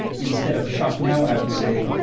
instead of shop now i would say